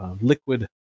liquid